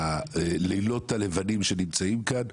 הלילות הלבנים שנמצאים כאן.